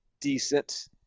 Decent